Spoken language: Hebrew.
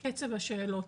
את קצב השאלות,